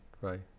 right